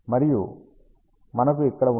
మరియు మనకు ఇక్కడ ఉన్నదాన్ని చూద్దాం